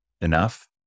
enough